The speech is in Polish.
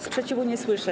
Sprzeciwu nie słyszę.